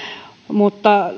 mutta